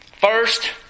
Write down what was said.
First